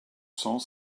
cent